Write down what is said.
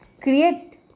create